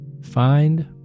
find